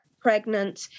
pregnant